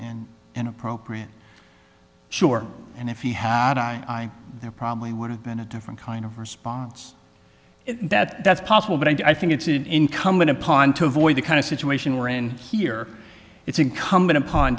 and inappropriate sure and if he had not i there probably would have been a different kind of response if that that's possible but i think it's incumbent upon to avoid the kind of situation where in here it's incumbent upon